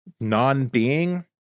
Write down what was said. Non-being